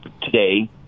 today